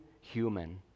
human